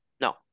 No